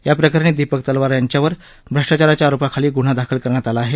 याप्रकरणी दीपक तलवार यांच्यावर भ्रष्टाचाराच्या आरोपाखाली गुन्हा दाखल करण्यात आला आहे